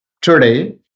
Today